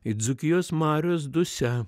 ir dzūkijos marios dusia